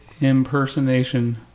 impersonation